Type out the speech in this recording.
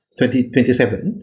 2027